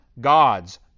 God's